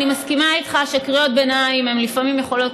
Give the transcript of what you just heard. אני מסכימה איתך שקריאות ביניים לפעמים יכולות